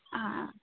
ಆ